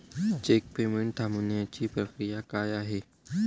Check payment थांबवण्याची प्रक्रिया काय आहे?